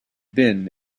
been